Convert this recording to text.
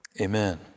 amen